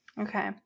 Okay